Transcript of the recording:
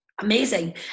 amazing